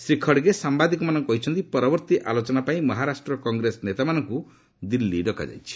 ଶ୍ରୀ ଖଡ୍ଗେ ସାମ୍ଭାଦିକମାନଙ୍କୁ କହିଛନ୍ତି ପରବର୍ତ୍ତୀ ଆଲୋଚନା ପାଇଁ ମହାରାଷ୍ଟ୍ରର କଂଗ୍ରେସ ନେତାମାନଙ୍କୁ ଦିଲ୍ଲୀ ଡକାଯାଇଛି